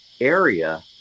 area